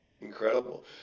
Incredible